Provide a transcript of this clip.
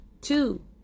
Two